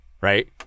right